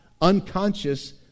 unconscious